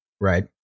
right